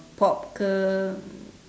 pop ke